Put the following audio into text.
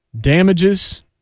Damages